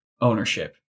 ownership